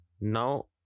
Now